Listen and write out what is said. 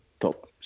top